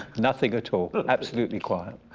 nothing at all, absolutely quiet.